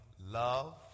love